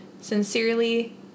Sincerely